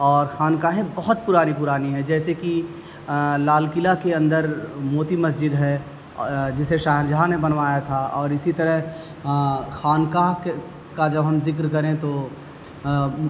اور خانقاہیں بہت پرانی پرانی ہے جیسے کہ لال قلعہ کے اندر موتی مسجد ہے جسے شاہ جہاں نے بنوایا تھا اور اسی طرح خانقاہ کا جب ہم ذکر کریں تو